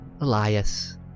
Elias